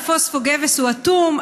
שהפוספוגבס הוא אטום,